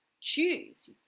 choose